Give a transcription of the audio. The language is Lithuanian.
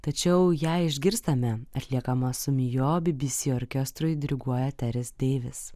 tačiau ją išgirstame atliekamą sumi jo bibisi orkestrui diriguoja teris deivis